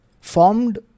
formed